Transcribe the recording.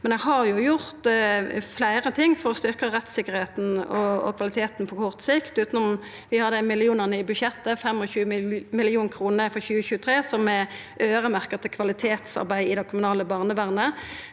Eg har gjort fleire ting for å styrkja rettssikkerheita og kvaliteten på kort sikt. Utanom dei millionane i budsjettet – 25 mill. kr for 2023 – som er øyremerkte til kvalitetsarbeid i det kommunale barnevernet,